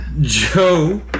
Joe